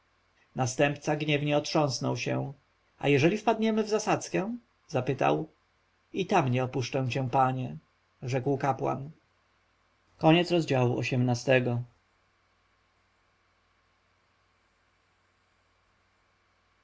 następca gniewnie otrząsnął się a jeżeli wpadniemy w zasadzkę spytał i tam nie opuszczę cię panie rzekł kapłan